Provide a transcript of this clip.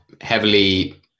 heavily